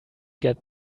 get